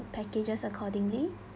packages accordingly